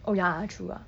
oh ya ah true ah